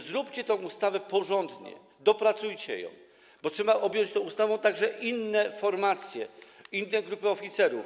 Zróbcie tę ustawę porządnie, dopracujcie ją, bo trzeba objąć tą ustawą także inne formacje, inne grupy oficerów.